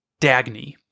Dagny